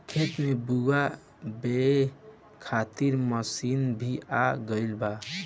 खेत में बीआ बोए खातिर मशीन भी आ गईल बा